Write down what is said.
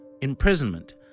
Imprisonment